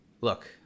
Look